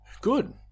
good